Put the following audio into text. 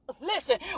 listen